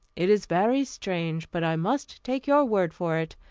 it is very strange, but i must take your word for it.